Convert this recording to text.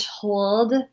told